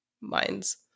minds